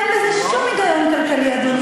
אין בזה שום היגיון כלכלי, אדוני.